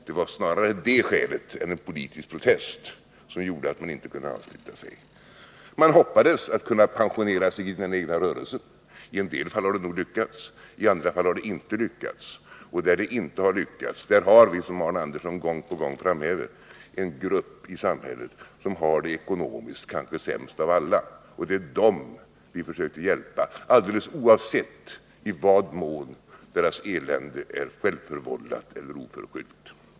Det var snarare det som gjorde att man inte anslöt sig än en politisk protest. Man hoppades kunna pensionera sig i den egna rörelsen. I en del fall har det nog lyckats — i andra fall har det inte lyckats. Och där det inte har lyckats har vi, som Arne Andersson gång på gång framhäver, en grupp i samhället som har det ekonomiskt kanske sämst av alla. Det är dem vi försöker hjälpa, alldeles oavsett i vad mån deras elände är självförvållat eller oförskyllt.